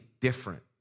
different